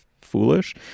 foolish